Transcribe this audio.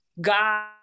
god